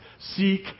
seek